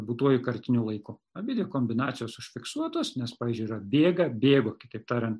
būtuoju kartiniu laiku abidvi kombinacijos užfiksuotos nes pavyzdžiui yra bėga bėgo kitaip tariant